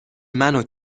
منو